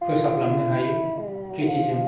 फोसाबलांनो हायो खेथिजों